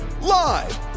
Live